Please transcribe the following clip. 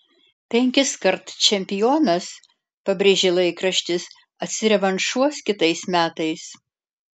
penkiskart čempionas pabrėžė laikraštis atsirevanšuos kitais metais